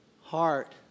heart